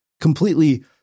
completely